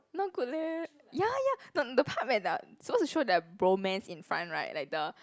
not good leh ya ya not the part where the suppose to show that bromance in front right like the